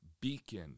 beacon